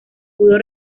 pudo